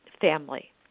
family